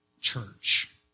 church